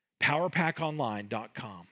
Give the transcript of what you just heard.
powerpackonline.com